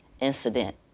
incident